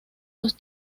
los